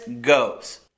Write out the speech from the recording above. goes